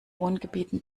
wohngebieten